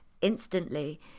instantly